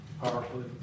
powerfully